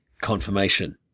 confirmation